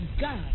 God